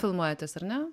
filmuojatės ar ne